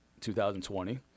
2020